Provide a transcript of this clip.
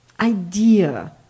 idea